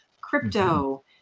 crypto